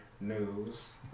news